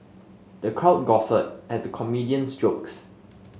the crowd guffawed at the comedian's jokes